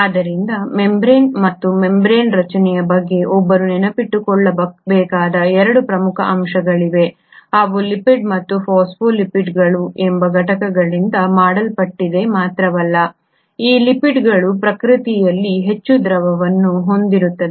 ಆದ್ದರಿಂದ ಮೆಂಬರೇನ್ ಮತ್ತು ಮೆಂಬರೇನ್ ರಚನೆಯ ಬಗ್ಗೆ ಒಬ್ಬರು ನೆನಪಿಟ್ಟುಕೊಳ್ಳಬೇಕಾದ 2 ಪ್ರಮುಖ ಅಂಶಗಳಿವೆ ಅವು ಲಿಪಿಡ್ ಮತ್ತು ಫಾಸ್ಫೋಲಿಪಿಡ್ಗಳು ಎಂಬ ಘಟಕಗಳಿಂದ ಮಾಡಲ್ಪಟ್ಟಿದೆ ಮಾತ್ರವಲ್ಲ ಈ ಲಿಪಿಡ್ಗಳು ಪ್ರಕೃತಿಯಲ್ಲಿ ಹೆಚ್ಚು ದ್ರವವನ್ನು ಹೊಂದಿರುತ್ತವೆ